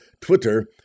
Twitter